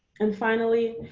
and finally,